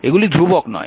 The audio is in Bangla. এইগুলি ধ্রুবক নয়